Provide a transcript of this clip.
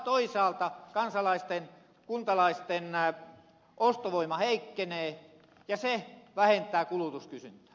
toisaalta taas kuntalaisten ostovoima heikkenee ja se vähentää kulutuskysyntää